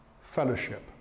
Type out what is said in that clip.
fellowship